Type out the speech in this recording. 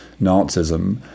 Nazism